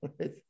right